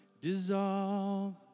dissolve